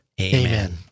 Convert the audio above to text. Amen